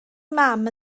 mam